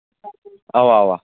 اَوا اَوا